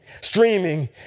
streaming